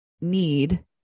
need